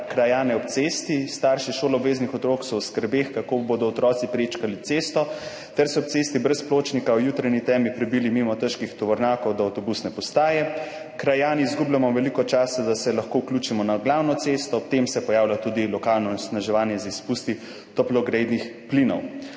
krajane ob cesti. Starši šoloobveznih otrok so v skrbeh, kako bodo otroci prečkali cesto ter se ob cesti brez pločnika v jutranji temi prebili mimo težkih tovornjakov do avtobusne postaje. Krajani izgubljamo veliko časa, da se lahko vključimo na glavno cesto, ob tem se pojavlja tudi lokalno onesnaževanje z izpusti toplogrednih plinov.